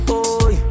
Boy